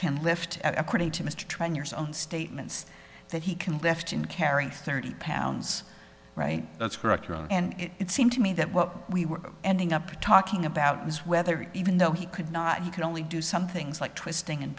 can lift according to mr trying years on statements that he can lift in carrying thirty pounds right that's correct and it seemed to me that what we were ending up talking about was whether even though he could not you could only do some things like twisting and